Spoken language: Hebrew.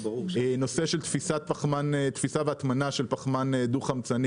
נושא של תפיסה והטמנה של פחמן דו חמצני